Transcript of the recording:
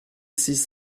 six